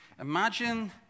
Imagine